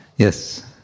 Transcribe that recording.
Yes